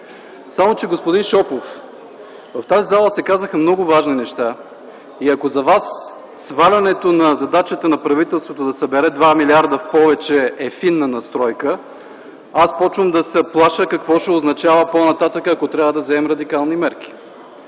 Само че, господин Шопов, в тази зала се казаха много важни неща. И ако за Вас свалянето на задачата на правителството да събере 2 млрд. повече е фина настройка, аз започвам да се плаша какво ще означава по-нататък, ако трябва да вземем радикални мерки.